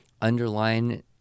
underline